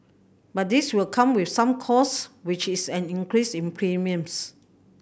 but this will come with some costs which is an increase in premiums